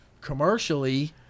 Commercially